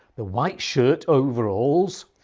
the white shirt, overalls,